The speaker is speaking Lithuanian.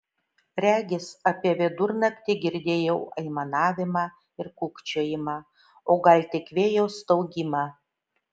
regis apie vidurnaktį girdėjau aimanavimą ir kūkčiojimą o gal tik vėjo staugimą